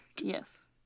Yes